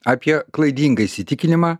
apie klaidingą įsitikinimą